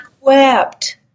wept